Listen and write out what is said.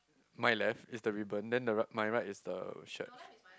my left is the ribbon then the ri~ my right is the shirt